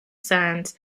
sands